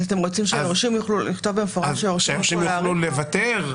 אתם רוצים שנכתוב במפורש שהיורשים יוכלו --- שהם יוכלו לוותר?